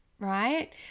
Right